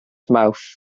mouth